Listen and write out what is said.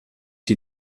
die